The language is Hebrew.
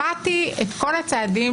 שמעתי את כל הצעדים,